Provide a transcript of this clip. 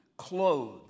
clothed